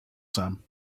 some